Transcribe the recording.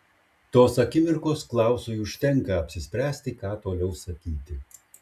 tos akimirkos klausui užtenka apsispręsti ką toliau sakyti